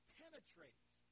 penetrates